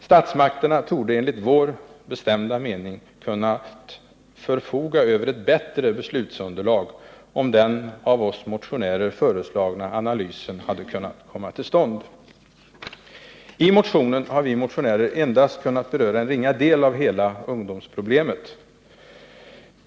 Statsmakterna torde enligt vår bestämda mening ha kunnat förfoga över ett bättre beslutsunderlag, om den av oss motionärer föreslagna analysen hade kunnat komma till stånd. I motionen har vi motionärer endast kunnat beröra en ringa del av hela ungdomsproblemet.